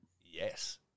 Yes